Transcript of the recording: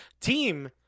team